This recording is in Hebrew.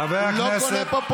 חבר הכנסת, הוא לא קונה פופוליזם.